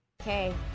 Okay